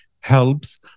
helps